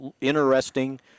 interesting